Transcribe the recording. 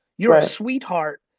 you're a sweetheart,